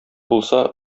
булса